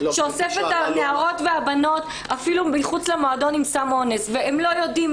שאוסף את הנערות והבנות אפילו מחוץ למועדון עם סם אונס והם לא יודעים,